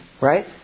right